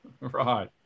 right